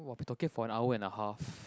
[wah] we talking for an hour and a half